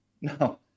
no